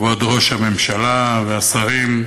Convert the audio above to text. כבוד ראש הממשלה והשרים,